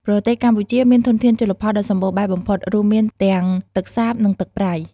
ប្រទេសកម្ពុជាមានធនធានជលផលដ៏សម្បូរបែបបំផុត រួមមានទាំងទឹកសាប និងទឹកប្រៃ។